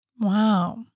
Wow